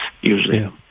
usually